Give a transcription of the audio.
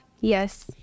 Yes